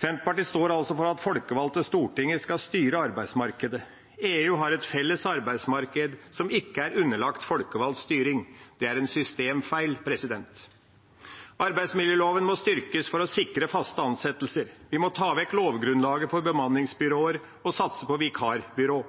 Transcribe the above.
Senterpartiet står altså for at folkevalgte, Stortinget, skal styre arbeidsmarkedet. EU har et felles arbeidsmarked som ikke er underlagt folkevalgt styring. Det er en systemfeil. Arbeidsmiljøloven må styrkes for å sikre faste ansettelser. Vi må ta vekk lovgrunnlaget for bemanningsbyråer og satse på